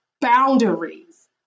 boundaries